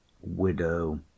Widow